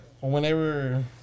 whenever